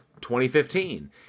2015